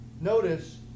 notice